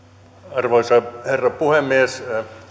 arvoisa herra puhemies